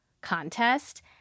contest